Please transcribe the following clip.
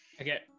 Okay